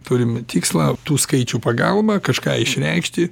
turim tikslą tų skaičių pagalba kažką išreikšti